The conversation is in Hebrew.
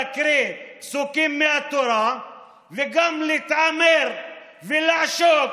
להקריא פסוקים מהתורה וגם להתעמר ולעשוק